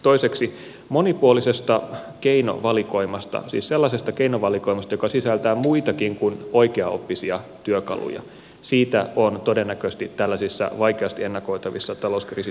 toiseksi monipuolisesta keinovalikoimasta siis sellaisesta keinovalikoimasta joka sisältää muitakin kuin oikeaoppisia työkaluja on todennäköisesti tällaisissa vaikeasti ennakoitavissa talouskriisitilanteissa apua